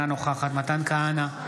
אינה נוכחת מתן כהנא,